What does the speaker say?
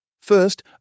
First